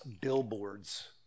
billboards